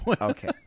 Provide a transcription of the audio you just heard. Okay